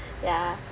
ya